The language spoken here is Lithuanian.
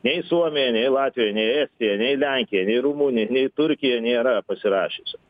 nei suomija nei latvija nei estija nei lenkija nei rumunija nei turkija nėra pasirašiusios